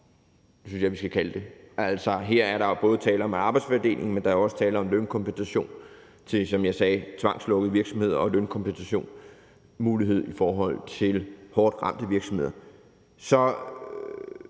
jeg synes vi skal kalde det. Altså, her er der jo både tale om arbejdsfordeling, men også om lønkompensation til, som jeg sagde, tvangslukkede virksomheder, og en lønkompensationsmulighed i forhold til hårdt ramte virksomheder. Så